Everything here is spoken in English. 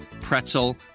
pretzel